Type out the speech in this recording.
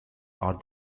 are